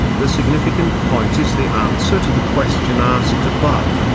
the significant point is the answer to the question asked above,